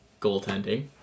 goaltending